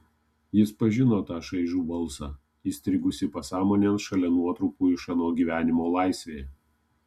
jis pažino tą šaižų balsą įstrigusį pasąmonėn šalia nuotrupų iš ano gyvenimo laisvėje